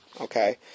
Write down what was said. Okay